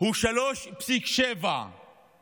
הוא 3.7%